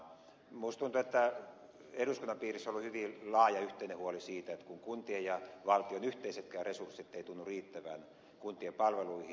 minusta tuntuu että eduskunnan piirissä on ollut hyvin laaja yhteinen huoli siitä että kuntien ja valtion yhteisetkään resurssit eivät tunnu riittävän kuntien palveluihin